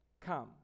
come